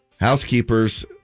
Housekeepers